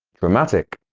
dramatic